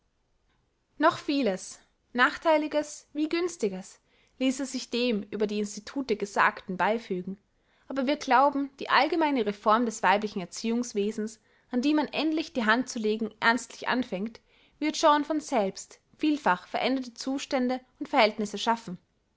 noch vieles nachtheiliges wie günstiges ließe sich dem über die institute gesagten beifügen aber wir glauben die allgemeine reform des weiblichen erziehungswesens an die man endlich die hand zu legen ernstlich anfängt wird schon von selbst vielfach veränderte zustände und verhältnisse schaffen